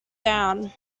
down